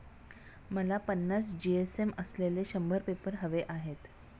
मला पन्नास जी.एस.एम असलेले शंभर पेपर हवे आहेत